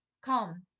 Come